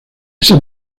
esa